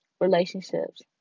relationships